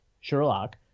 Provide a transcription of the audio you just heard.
Sherlock